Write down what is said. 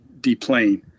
deplane